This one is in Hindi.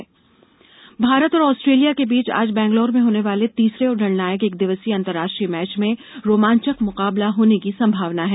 किकेट संभावना भारत और आस्ट्रेलिया के बीच आज बैगलोर में होने वाले तीसरे और निर्णायक एक दिवसीय अंतर्राष्ट्रीय मैच में रोमाचंक मुकाबला होने की संभावना है